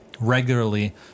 regularly